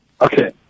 Okay